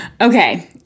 Okay